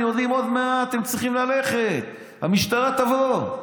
הם יודעים שעוד מעט הם צריכים ללכת, המשטרה תבוא.